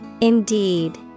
Indeed